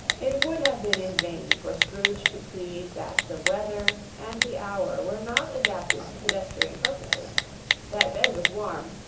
it would have been in vain for scrooge to plead that the weather and the hour were not adapted to pedestrian purposes that bed was warm,